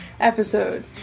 episode